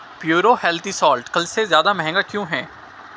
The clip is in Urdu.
پیورو ہیلتھی سالٹ کل سے زیادہ مہنگا کیوں ہیں